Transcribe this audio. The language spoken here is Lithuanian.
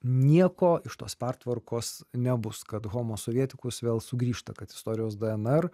nieko iš tos pertvarkos nebus kad homosovietikus vėl sugrįžta kad istorijos dnr